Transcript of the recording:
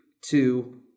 two